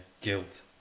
guilt